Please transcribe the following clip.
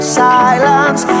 silence